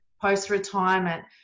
post-retirement